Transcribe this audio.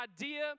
idea